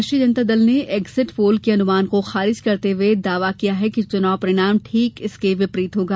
राष्ट्रीय जनता दल ने exit poll के अनुमान को खारिज करते हुए दावा किया कि चुनाव परिणाम ठीक इसके विपरीत होगा